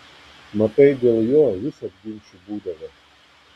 matai dėl jo visad ginčų būdavo